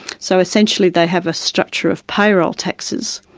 so essentially they have a structure of payroll taxes,